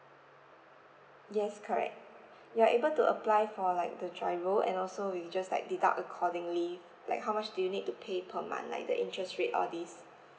yes correct you're able to apply for like the giro and also we just like deduct accordingly like how much do you need to pay per month like the interest rate all this